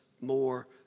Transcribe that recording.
more